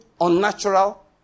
unnatural